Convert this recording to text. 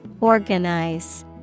Organize